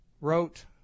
wrote